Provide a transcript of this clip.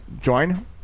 join